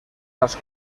las